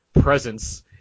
presence